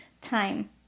time